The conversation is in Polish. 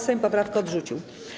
Sejm poprawkę odrzucił.